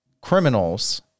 criminals